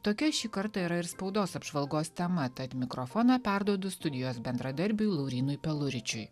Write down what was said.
tokia šį kartą yra ir spaudos apžvalgos tema tad mikrofoną perduodu studijos bendradarbiui laurynui peluričiui